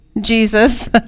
Jesus